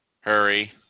hurry